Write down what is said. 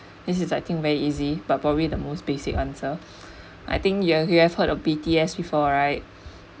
this is I think very easy but probably the most basic answer I think you you have heard of B_T_S before right